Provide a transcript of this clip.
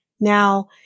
now